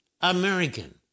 American